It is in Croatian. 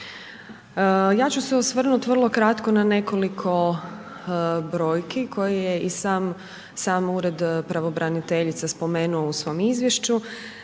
Ja ću se osvrnuti vrlo kratko na nekoliko brojki koje i sam Ured pravobraniteljice spomenuo u svom izvješću.